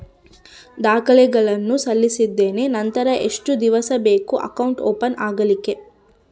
ದಾಖಲೆಗಳನ್ನು ಸಲ್ಲಿಸಿದ್ದೇನೆ ನಂತರ ಎಷ್ಟು ದಿವಸ ಬೇಕು ಅಕೌಂಟ್ ಓಪನ್ ಆಗಲಿಕ್ಕೆ?